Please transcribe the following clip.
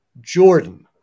Jordan